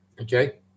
Okay